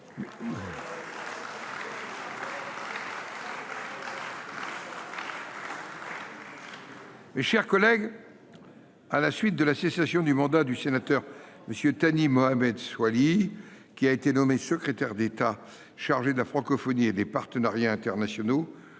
règlement du Sénat. À la suite de la cessation du mandat de sénateur de M. Thani Mohamed Soilihi, qui a été nommé secrétaire d’État chargé de la francophonie et des partenariats internationaux,